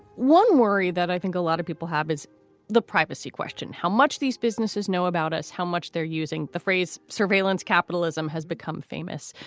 one worry that i think a lot of people have is the privacy question how much these businesses know about us, how much they're using the phrase surveillance. capitalism has become famous.